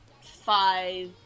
five